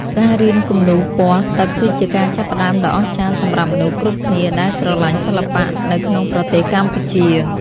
ការរៀនគំនូរពណ៌ទឹកគឺជាការចាប់ផ្ដើមដ៏អស្ចារ្យសម្រាប់មនុស្សគ្រប់គ្នាដែលស្រឡាញ់សិល្បៈនៅក្នុងប្រទេសកម្ពុជា។